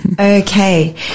Okay